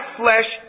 flesh